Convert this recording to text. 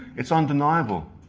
it's undeniable.